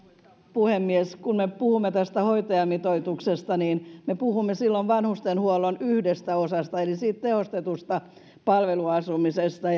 puhemies kun me puhumme tästä hoitajamitoituksesta niin me puhumme silloin vanhustenhuollon yhdestä osasta eli siitä tehostetusta palveluasumisesta